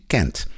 Kent